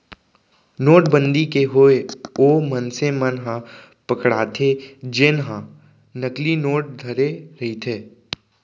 नोटबंदी के होय ओ मनसे मन ह पकड़ाथे जेनहा नकली नोट धरे रहिथे